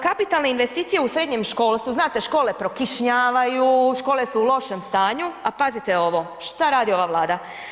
Kapitalne investicije u srednjem školstvu, znate škole prokišnjavaju, škole su u lošem stanju a pazite ovo, što radi ova Vlada.